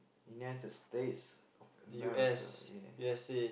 United-States-of-America ya